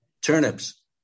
Turnips